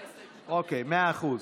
זאת ההסתייגות, מאה אחוז.